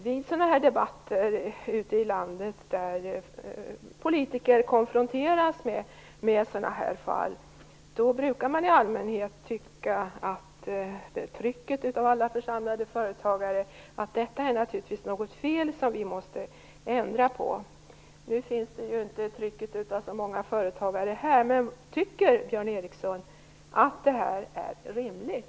Vid debatter ute i landet där politiker konfronteras med sådana här fall brukar de i allmänhet under trycket av alla församlade företagare tycka att detta naturligtvis är ett fel som måste ändras. Nu finns det ju inte något tryck från så många företagare här i kammaren. Men frågan är: Tycker Björn Ericson att det här är rimligt?